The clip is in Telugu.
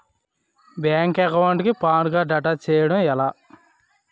బ్యాంక్ అకౌంట్ కి పాన్ కార్డ్ అటాచ్ చేయడం ఎలా?